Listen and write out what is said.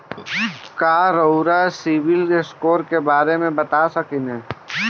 का रउआ सिबिल स्कोर के बारे में बता सकतानी?